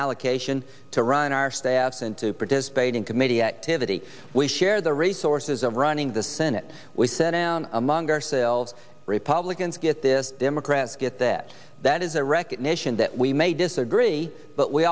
allocation to run our staffs and to participate in committee activity we share the resources of running the senate we sent down among ourselves republicans get this democrats get that that is a recognition that we may disagree but we